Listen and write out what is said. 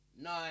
nine